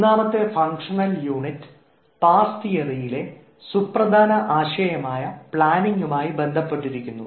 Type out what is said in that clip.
മൂന്നാമത്തെ functional unit PASS തിയറിയിലെ സുപ്രധാന ആശയമായ പ്ലാനിങ്ങുമായി ബന്ധപ്പെട്ടിരിക്കുന്നു